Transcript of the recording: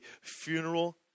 funeral